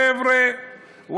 החבר'ה,